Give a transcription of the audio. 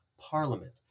Parliament